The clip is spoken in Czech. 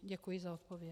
Děkuji za odpověď.